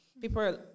people